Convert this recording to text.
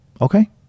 Okay